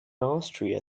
austria